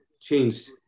changed